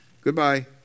goodbye